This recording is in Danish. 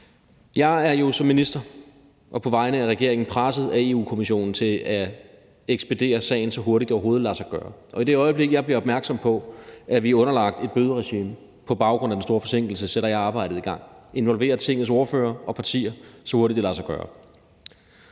Jeg er jo som minister og på vegne af regeringen presset af Europa-Kommissionen til at ekspedere sagen, så hurtigt det overhovedet lader sig gøre. Og i det øjeblik jeg bliver opmærksom på, at vi er underlagt et bøderegime på baggrund af den store forsinkelse, sætter jeg arbejdet i gang og involverer Tingets ordførere og partier, så hurtigt det lader sig gøre.